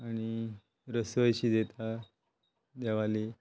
आनी रसय शिजयता देवाली